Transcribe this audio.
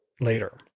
later